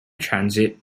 transit